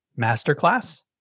masterclass